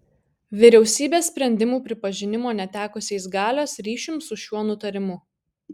vyriausybės sprendimų pripažinimo netekusiais galios ryšium su šiuo nutarimu